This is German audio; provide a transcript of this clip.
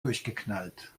durchgeknallt